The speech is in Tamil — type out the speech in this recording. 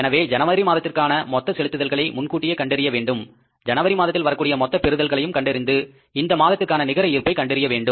எனவே ஜனவரி மாதத்திற்கான மொத்த செலுத்துதல்களை முன்கூட்டியே கண்டறிய வேண்டும் ஜனவரி மாதத்தில் வரக்கூடிய மொத்த பெறுதல்களையும் கண்டறிந்து இந்த மாதத்திற்கான நிகர இருப்பை கண்டறிய வேண்டும்